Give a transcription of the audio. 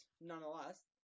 nonetheless